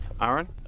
Aaron